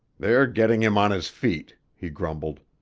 they're getting him on his feet, he grumbled.